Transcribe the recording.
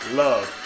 love